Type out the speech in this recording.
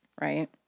right